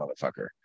motherfucker